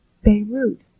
Beirut